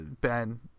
Ben